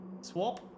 Swap